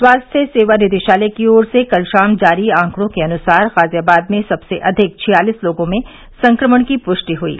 स्वास्थ्य सेवा निदेशालय की ओर से कल शाम जारी आंकड़ों के अनुसार गाजियाबाद में सबसे अधिक छियालीस लोगों में संक्रमण की पुष्टि हुयी